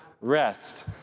rest